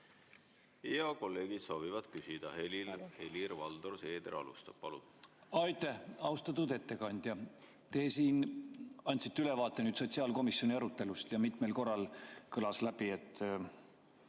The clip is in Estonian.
Kolleegid soovivad küsida. Helir-Valdor Seeder alustab. Palun! Aitäh! Austatud ettekandja! Te siin andsite ülevaate sotsiaalkomisjoni arutelust ja mitmel korral kõlas läbi, et